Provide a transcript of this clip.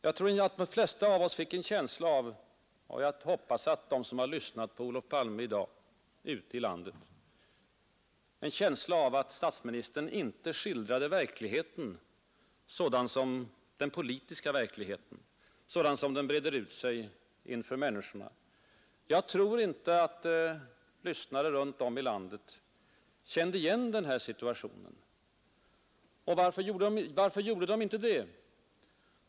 Jag tror att de flesta av oss som lyssnade — och jag hoppas också de som har lyssnat på Olof Palme i dag ute i landet — fick en känsla av att statsministern inte skildrade den politiska verkligheten sådan som den breder ut sig inför människorna. Jag tror inte att lyssnare runt om i landet kände igen den här situationen. Varför gjorde de inte det?